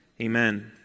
Amen